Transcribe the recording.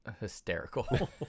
hysterical